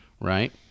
right